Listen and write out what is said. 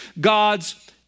God's